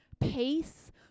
Peace